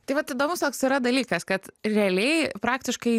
tai vat įdomus toks yra dalykas kad realiai praktiškai